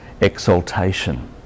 exaltation